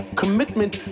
commitment